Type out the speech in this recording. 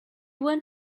went